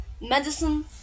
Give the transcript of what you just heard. medicine